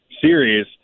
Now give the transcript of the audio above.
series